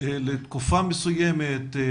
במשך תקופה מסוימת?